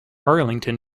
arlington